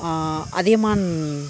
Athiyaman